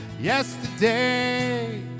Yesterday